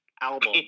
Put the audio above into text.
album